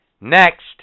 next